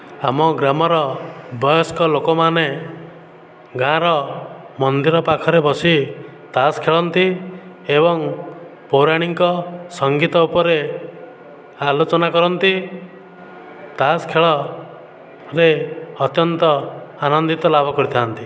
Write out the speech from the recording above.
ଆମ ଗ୍ରାମର ବୟସ୍କ ଲୋକମାନେ ଗାଁର ମନ୍ଦିର ପାଖରେ ବସି ତାସ ଖେଳନ୍ତି ଏବଂ ପୌରାଣିକ ସଙ୍ଗୀତ ଉପରେ ଆଲୋଚନା କରନ୍ତି ତାସ ଖେଳରେ ଅତ୍ୟନ୍ତ ଆନନ୍ଦିତ ଲାଭ କରିଥାନ୍ତି